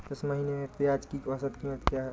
इस महीने में प्याज की औसत कीमत क्या है?